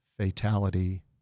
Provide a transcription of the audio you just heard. fatality